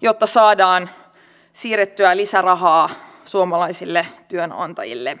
jotta saadaan siirrettyä lisärahaa suomalaisille työnantajille